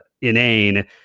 inane